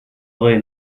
vrai